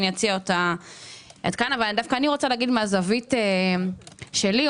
אני רוצה להגיד מהזווית שלי,